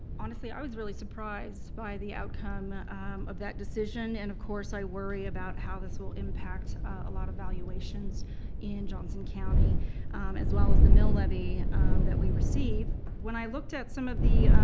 honestly, i was really surprised by the outcome of that decision and of course i worry about how this will impact a lot of valuations in johnson county as well as the mill levy that we receive. when i looked at some of the,